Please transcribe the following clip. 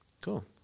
Cool